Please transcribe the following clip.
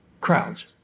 crowds